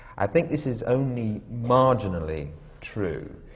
i think this is only marginally true.